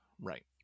right